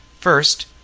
first